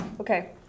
Okay